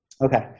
Okay